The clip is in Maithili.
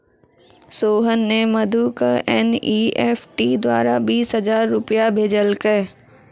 सोहन ने मधु क एन.ई.एफ.टी द्वारा बीस हजार रूपया भेजलकय